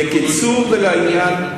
בקיצור ולעניין,